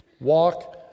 Walk